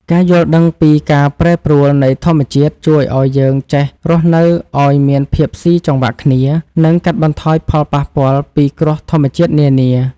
ការយល់ដឹងពីការប្រែប្រួលនៃធម្មជាតិជួយឱ្យយើងចេះរស់នៅឱ្យមានភាពស៊ីចង្វាក់គ្នា និងកាត់បន្ថយផលប៉ះពាល់ពីគ្រោះធម្មជាតិនានា។